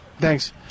Thanks